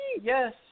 Yes